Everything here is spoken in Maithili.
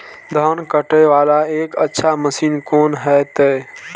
धान कटे वाला एक अच्छा मशीन कोन है ते?